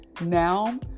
Now